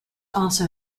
also